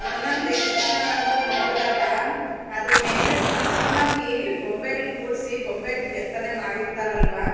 ಒನ್ನೊಂದು ದೇವಸ್ಥಾನನಂತೂ ನೋಡಿದಾಗ ಅದ್ರ ಮೇಲೆ ಸಾಲಾಗಿ ಬೊಂಬೆಗ್ಳನ್ನು ಕೂಳ್ಸಿ ಬೊಂಬೆಗ್ಳ ಕೆತ್ತನೆ ಮಾಡಿರ್ತಾರಲ್ವ